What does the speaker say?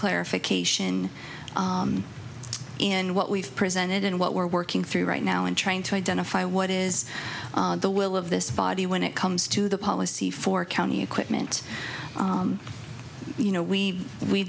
clarification in what we've presented and what we're working through right now in trying to identify what is the will of this body when it comes to the policy for county equipment you know we we